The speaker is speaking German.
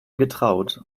getraut